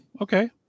Okay